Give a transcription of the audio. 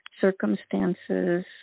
circumstances